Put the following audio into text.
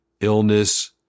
illness